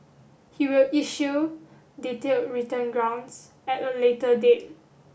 he will issue detailed written grounds at a later date